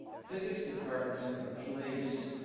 physics departments are the place,